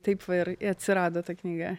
taip ir atsirado ta knyga